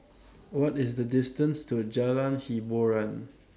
What IS The distance to Jalan Hiboran